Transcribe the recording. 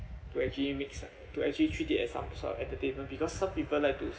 to actually mix uh to actually treat it as some sort of entertainment because some people like to